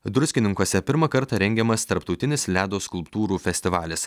druskininkuose pirmą kartą rengiamas tarptautinis ledo skulptūrų festivalis